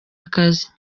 akazi